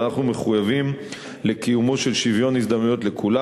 ואנחנו מחויבים לקיומו של שוויון הזדמנויות לכולם.